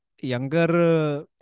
younger